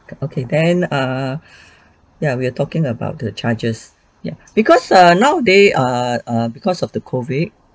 okay then err yeah we are talking about the charges ya because err nowadays uh uh because of the COVID